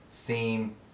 theme